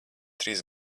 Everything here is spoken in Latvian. trīs